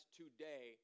today